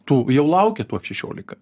tų jau laukia tų f šešiolika